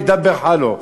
ידבֵּר חאלה.